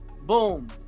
boom